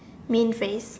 mean face